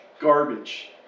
garbage